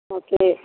okay